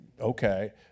Okay